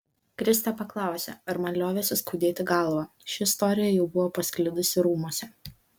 kristė paklausė ar man liovėsi skaudėti galvą ši istorija jau buvo pasklidusi rūmuose